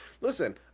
Listen